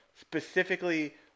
specifically